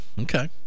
Okay